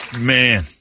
man